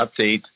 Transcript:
update